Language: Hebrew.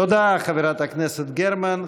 תודה, חברת הכנסת גרמן.